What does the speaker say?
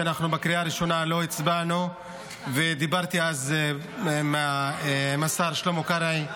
שבקריאה הראשונה לא הצבענו ודיברתי על זה עם השר שלמה קרעי,